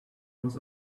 was